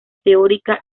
teórica